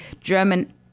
German